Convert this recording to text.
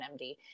MD